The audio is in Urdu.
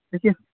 لیکن